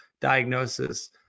diagnosis